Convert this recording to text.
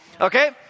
Okay